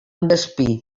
despí